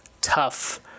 Tough